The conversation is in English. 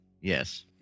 Yes